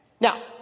Now